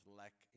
lack